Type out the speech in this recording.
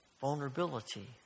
vulnerability